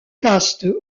caste